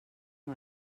amb